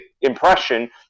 impression